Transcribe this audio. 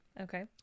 Okay